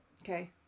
Okay